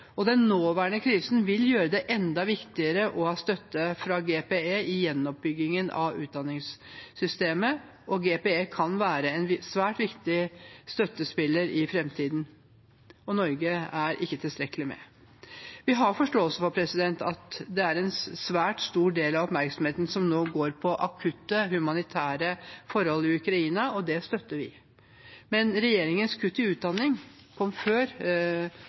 og den nåværende krisen vil gjøre det enda viktigere å ha støtte fra GPE i gjenoppbyggingen av utdanningssystemet. GPE kan være en svært viktig støttespiller i framtiden, og Norge er ikke tilstrekkelig med. Vi har forståelse for at en svært stor del av oppmerksomheten nå går på akutte humanitære forhold i Ukraina, og det støtter vi. Men regjeringens kutt i utdanning kom før